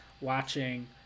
watching